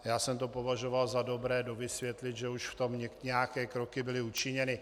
Já jsem to považoval za dobré dovysvětlit, že už v tom nějaké kroky byly učiněny.